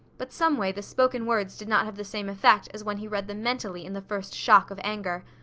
but someway the spoken words did not have the same effect as when he read them mentally in the first shock of anger.